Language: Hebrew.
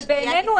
אבל בעינינו,